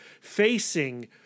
facing